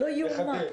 אני כן רוצה לחדד,